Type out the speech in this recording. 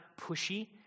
pushy